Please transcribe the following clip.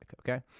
okay